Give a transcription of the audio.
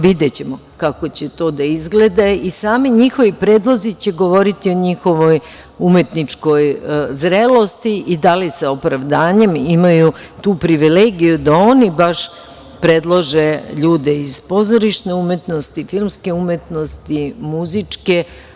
Videćemo kako će to da izgleda i sami njihovi predlozi će govoriti o njihovoj umetničkoj zrelosti i da li sa opravdanjem imaju tu privilegiju da oni baš predlože ljude iz pozorišne umetnosti, filmske umetnosti, muzičke.